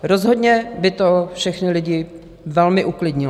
Rozhodně by to všechny lidi velmi uklidnilo.